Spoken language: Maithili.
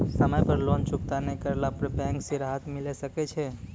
समय पर लोन चुकता नैय करला पर बैंक से राहत मिले सकय छै?